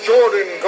Jordan